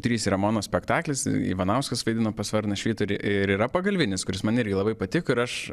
trys ramono spektaklis ivanauskas vaidino pas varną švyturį ir yra pagalbinis kuris man irgi labai patiko ir aš